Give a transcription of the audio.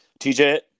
TJ